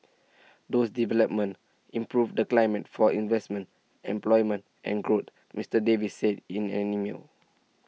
those developments improve the climate for investment employment and growth Mister Davis said in an email